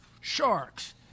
sharks